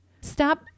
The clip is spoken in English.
Stop